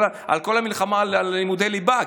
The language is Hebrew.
על כל המלחמה על לימודי ליבה.